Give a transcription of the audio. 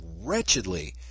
wretchedly